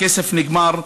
הכסף נגמר,